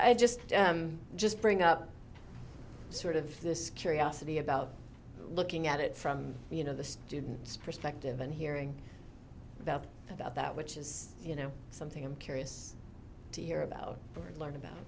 i just just bring up sort of this curiosity about looking at it from you know the students perspective and hearing about about that which is you know something i'm curious to hear about and learn about